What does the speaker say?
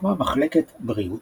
הוקמה מחלקת בריאות,